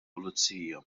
pulizija